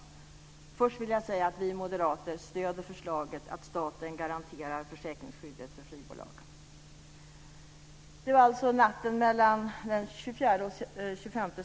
Först vill jag säga att vi moderater stöder förslaget att staten garanterar försäkringsskyddet för flygbolag.